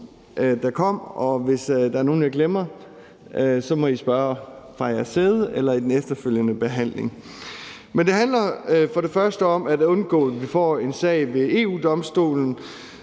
jer, og hvis der er nogen, jeg glemmer, må I spørge fra jeres pladser eller i den efterfølgende behandling. Men det handler for det første om at undgå, at vi får en sag ved EU-Domstolen,